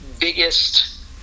biggest